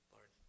Lord